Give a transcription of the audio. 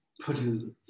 putting